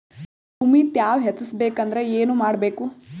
ಭೂಮಿ ತ್ಯಾವ ಹೆಚ್ಚೆಸಬೇಕಂದ್ರ ಏನು ಮಾಡ್ಬೇಕು?